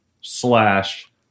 slash